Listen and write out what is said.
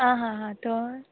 आं आं आं थंय